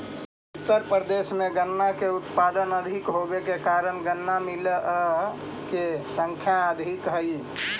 उत्तर प्रदेश में गन्ना के उत्पादन अधिक होवे के कारण गन्ना मिलऽ के संख्या अधिक हई